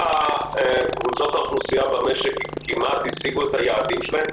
קבוצות האוכלוסייה במשק כמעט השיגו את היעדים שלהן,